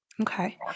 Okay